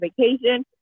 vacation